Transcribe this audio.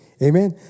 Amen